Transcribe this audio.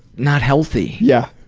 not healthy. yeah.